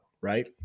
right